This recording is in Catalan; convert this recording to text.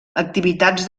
activitats